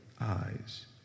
eyes